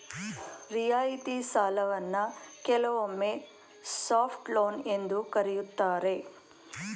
ರಿಯಾಯಿತಿ ಸಾಲವನ್ನ ಕೆಲವೊಮ್ಮೆ ಸಾಫ್ಟ್ ಲೋನ್ ಎಂದು ಕರೆಯುತ್ತಾರೆ